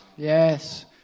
Yes